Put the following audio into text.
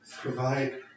provide